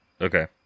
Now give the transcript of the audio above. Okay